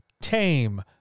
tame